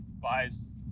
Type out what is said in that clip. Buys